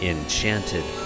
Enchanted